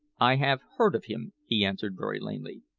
i have heard of him, he answered very lamely.